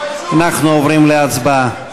אנחנו עוברים להצבעה.